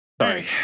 Sorry